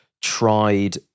tried